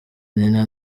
nina